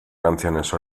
canciones